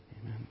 Amen